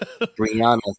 Brianna